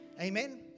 Amen